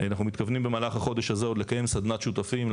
אנחנו מתכוונים במהלך החודש הזה לקיים סדנת שותפים,